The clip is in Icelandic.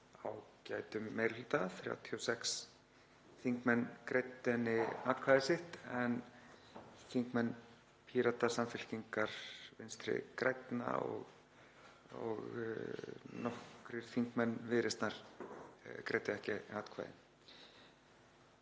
ágætum meiri hluta, 36 þingmenn greiddu þessu atkvæði sitt en þingmenn Pírata, Samfylkingar, Vinstri grænna og nokkrir þingmenn Viðreisnar greiddu ekki atkvæði.